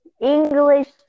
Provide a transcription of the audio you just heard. English